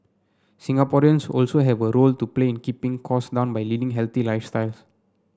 Singaporeans also have a role to play in keeping cost down by leading healthy lifestyles